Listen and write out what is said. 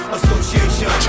Association